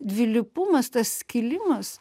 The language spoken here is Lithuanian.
dvilypumas tas skilimas